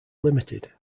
limited